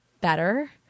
better